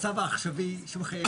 הקיים.